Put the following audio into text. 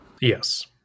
Yes